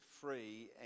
free